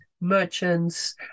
merchants